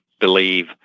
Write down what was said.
believe